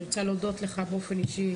אני רוצה להודות לך באופן אישי,